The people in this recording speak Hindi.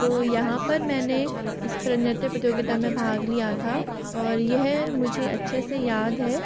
तो यहाँ पर मैंने इस पर नृत्य प्रतियोगिता में भाग लिया था और यह मुझे अच्छे से याद है